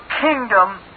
kingdom